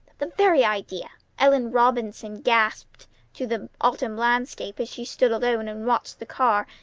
the very idea! ellen robinson gasped to the autumn landscape as she stood alone and watched the car,